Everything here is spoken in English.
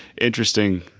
interesting